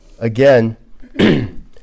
again